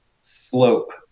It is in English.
slope